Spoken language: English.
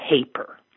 paper